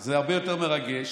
זה הרבה יותר מרגש,